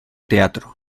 teatro